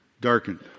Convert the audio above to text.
darkened